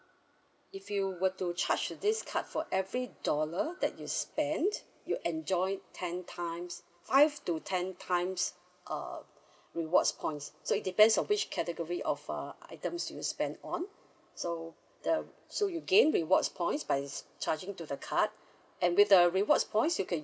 if you were to charge to this card for every dollar that you spent you enjoy ten times five to ten times uh rewards points so it depends on which category of uh items you will spend on so the so you gain rewards points by charging to the card and with the rewards points you can